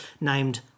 named